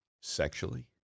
sexually